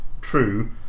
true